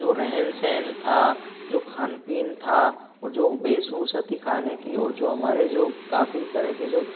जो रहन सहन था जो खाना पीना था और जो वेशभूषा थी खाने की और जो हमारे जो काफ़ी तरह के जो